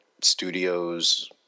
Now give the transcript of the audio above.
studios